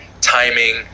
timing